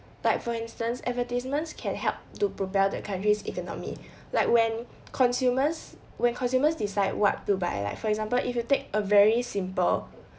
like for instance advertisements can help to propel the country's economy like when consumers when consumers decide what to buy like for example if you take a very simple